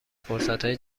فرصتهای